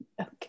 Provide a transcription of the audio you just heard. Okay